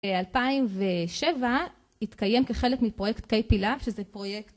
2007 התקיים כחלק מפרויקט קיי פילאב שזה פרויקט